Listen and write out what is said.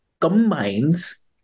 combines